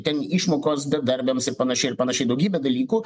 ten išmokos bedarbiams ir panašiai ir panašiai daugybė dalykų